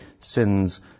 sins